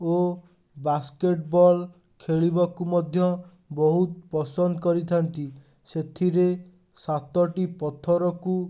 ଓ basketball ଖେଳିବାକୁ ମଧ୍ୟ ବହୁତ ପସନ୍ଦ କରିଥାନ୍ତି ସେଥିରେ ସାତଟି ପଥରକୁ